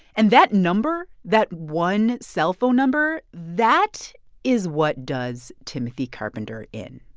and that number that one cellphone number that is what does timothy carpenter in.